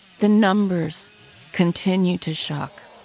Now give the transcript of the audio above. the numbers continue to shock,